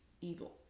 evil